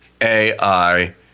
AI